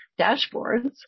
dashboards